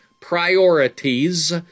Priorities